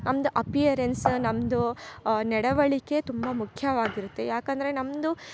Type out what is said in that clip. ನಮ್ದ ಅಪಿಯರೆನ್ಸ್ ನಮ್ಮದು ನಡವಳಿಕೆ ತುಂಬ ಮುಖ್ಯವಾಗಿರುತ್ತೆ ಯಾಕಂದರೆ ನಮ್ಮದು